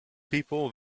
people